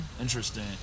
interesting